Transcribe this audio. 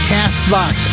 Castbox